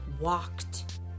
walked